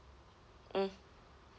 mm